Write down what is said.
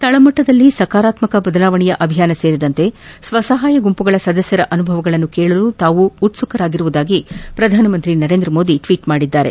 ತಳಮಟ್ಟದಲ್ಲಿ ಸಕಾರಾತ್ಮಕ ಬದಲಾವಣೆಯ ಅಭಿಯಾನ ಸೇರಿದಂತೆ ಸ್ವಸಹಾಯ ಗುಂಪುಗಳ ಸದಸ್ಕರ ಅನುಭವಗಳನ್ನು ಕೇಳಲು ತಾವು ಉತ್ಸುಕರಾಗಿರುವುದಾಗಿ ಪ್ರಧಾನಿ ನರೇಂದ್ರ ಮೋದಿ ಟ್ವೀಟ್ ಮಾಡಿದ್ದಾರೆ